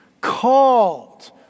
called